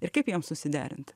ir kaip jiem susiderint